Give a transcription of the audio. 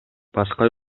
башка